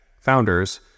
founders